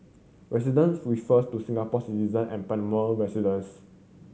residents refers to Singapore citizen and permanent residents